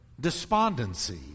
despondency